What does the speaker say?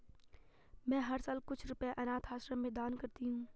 मैं हर साल कुछ रुपए अनाथ आश्रम में दान करती हूँ